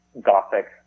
Gothic